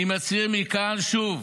אני מצהיר מכאן שוב